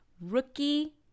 Rookie